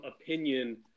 opinion